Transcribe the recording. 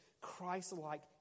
Christ-like